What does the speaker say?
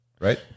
Right